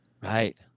Right